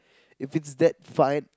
if it's that fine